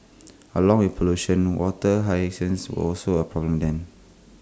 along with pollution water hyacinths were also A problem then